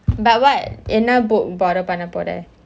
but what என்ன:enna book பண்ண போற:panna pora